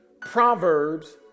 Proverbs